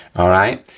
all right?